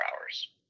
hours